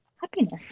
happiness